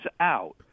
out